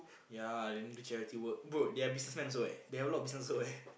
yeah then do charity work bro they are businessman also eh they have a lot of business also eh